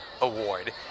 award